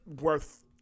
worth